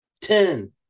ten